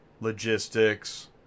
Logistics